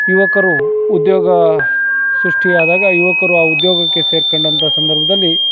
ಯುವಕರು ಉದ್ಯೋಗ ಸೃಷ್ಟಿಯಾದಾಗ ಯುವಕರು ಆ ಉದ್ಯೋಗಕ್ಕೆ ಸೇರ್ಕಂಡಂಥ ಸಂದರ್ಭದಲ್ಲಿ